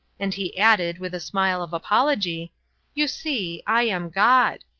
and he added, with a smile of apology you see, i'm god.